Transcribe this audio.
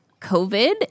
COVID